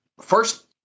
first